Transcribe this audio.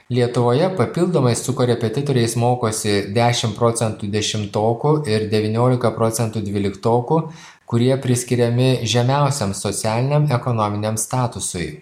lietuvoje papildomai su korepetitoriais mokosi dešim procentų dešimtokų ir devyniolika procentų dvyliktokų kurie priskiriami žemiausiam socialiniam ekonominiam statusui